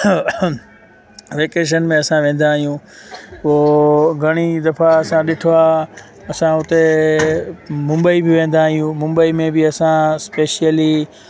vacation में असां वेंदा आहियूं पोइ घणी दफ़ा असां ॾिठो आहे असां हुते मुंबई बि वेंदा आहियूं मुंबई में बि असां स्पेशिअली